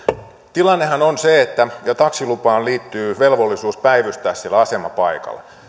tilannehan on se että taksilupaan liittyy velvollisuus päivystää siellä asemapaikalla